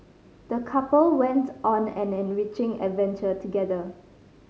the couple went on an enriching adventure together